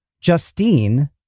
Justine